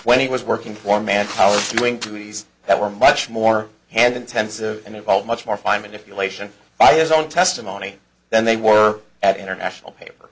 when he was working for man hours doing these that were much more hand intensive and involve much more fine manipulation by his own testimony then they were at international paper